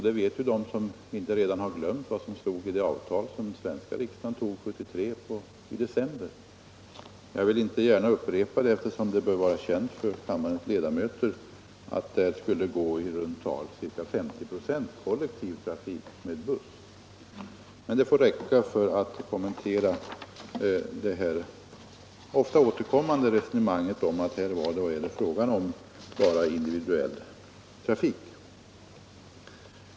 Det vet de som inte redan har glömt vad som stod i det avtal som svenska riksdagen tog i december 1973. Jag vill inte gärna upprepa det, eftersom det bör vara känt för kammarens ledamöter att där skulle gå i runt tal 50 96 kollektiv trafik med buss. Detta får räcka för att kommentera det här ofta återkommande resonemanget att det bara var och är fråga om individuell trafik.